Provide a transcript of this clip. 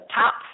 top